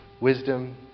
wisdom